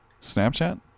Snapchat